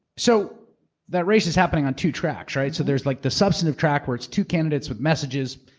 so that race is happening on two tracks, right? so there's like the substantive track where it's two candidates with messages,